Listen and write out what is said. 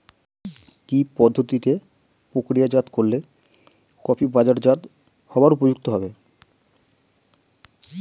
কি পদ্ধতিতে প্রক্রিয়াজাত করলে কফি বাজারজাত হবার উপযুক্ত হবে?